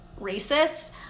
racist